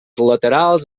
laterals